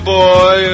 boy